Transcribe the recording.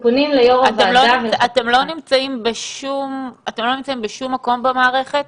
אתם לא נמצאים בשום מקום במערכת?